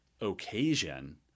occasion